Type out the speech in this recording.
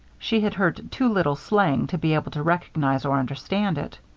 she had heard too little slang to be able to recognize or understand it.